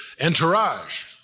entourage